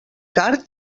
card